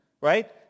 Right